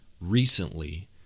recently